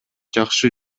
жакшы